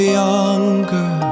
younger